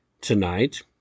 tonight